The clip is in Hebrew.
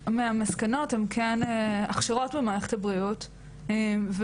לא אבל חלק מהמסקנות הן כן הכשרות במערכת הבריאות ובזמנו,